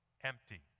empty